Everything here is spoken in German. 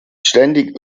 ständig